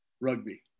Rugby